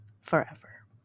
forever